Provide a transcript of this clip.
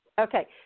Okay